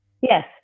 Yes